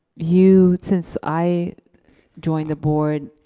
you, since i joined the board,